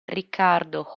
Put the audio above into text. ricardo